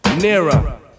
nearer